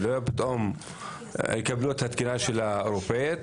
שלא פתאום יקבלו את התקינה האירופאית,